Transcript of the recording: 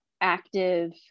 active